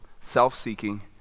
self-seeking